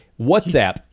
WhatsApp